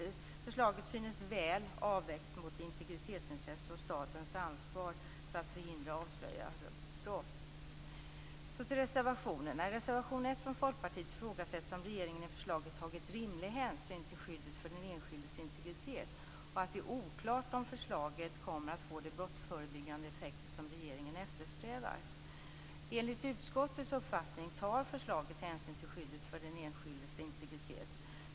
Förslaget synes väl avvägt mot integritetsintressena och statens ansvar för att förhindra och avslöja brott. Så till reservationerna. I reservation 1 från Folkpartiet ifrågasätts om regeringen i förslaget tagit rimlig hänsyn till skyddet för den enskildes integritet. Vidare anser man att det är oklart om förslaget kommer att få de brottsförebyggande effekter som regeringen eftersträvar. Enligt utskottets uppfattning tar förslaget hänsyn till skyddet för den enskildes integritet.